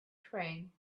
train